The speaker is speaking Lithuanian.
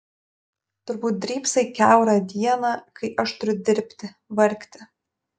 turbūt drybsai kiaurą dieną kai aš turiu dirbti vargti